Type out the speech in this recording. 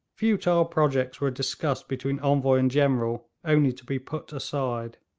futile projects were discussed between envoy and general, only to be put aside.